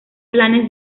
planes